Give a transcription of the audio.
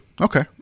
Okay